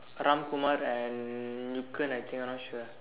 Ramkumar and Ruken I think I not sure